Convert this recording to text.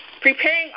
Preparing